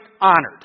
honored